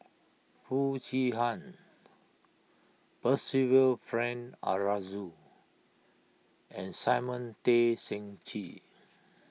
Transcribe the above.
Foo Chee Han Percival Frank Aroozoo and Simon Tay Seong Chee